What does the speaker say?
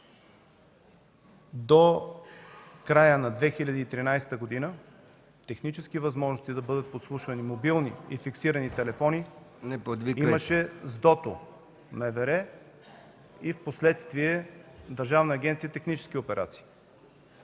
До края на 2013 г. технически възможности да бъдат подслушвани мобилни и фиксирани телефони имаше СДОТО – МВР, и впоследствие Държавна агенция „Технически операции“,